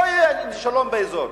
לא יהיה שלום באזור.